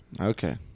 Okay